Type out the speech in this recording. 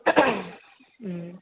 ꯎꯝ